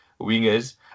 wingers